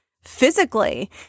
physically